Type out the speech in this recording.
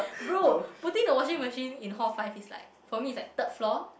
bro putting the washing machine in hall five is like for me is like third floor